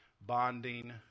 bonding